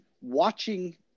watching